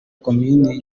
komini